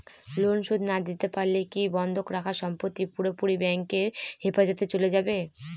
Loan শোধ না দিতে পারলে কি বন্ধক রাখা সম্পত্তি পুরোপুরি ব্যাংকের হেফাজতে চলে যাবে?